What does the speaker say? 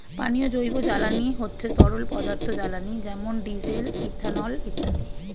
পানীয় জৈব জ্বালানি হচ্ছে তরল পদার্থ জ্বালানি যেমন ডিজেল, ইথানল ইত্যাদি